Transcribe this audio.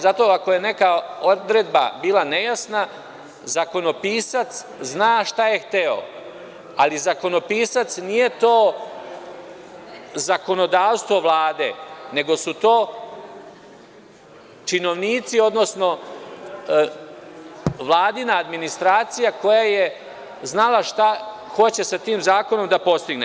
Zato ako je neka odredba bila nejasna, zakonopisac zna šta je hteo, ali zakonopisac nije to zakonodavstvo Vlade, nego su to činovnici, odnosno Vladina administracija, koja je znala šta hoće sa tim zakonom da postigne.